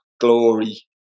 glory